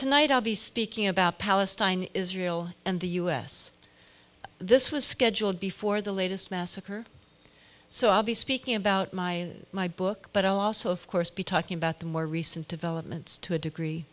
tonight i'll be speaking about palestine israel and the us this was scheduled before the latest massacre so obvious speaking about my my book but also of course be talking about the more recent developments to a degree